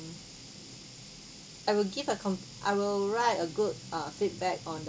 I will give a com~ I will write a good uh feedback on the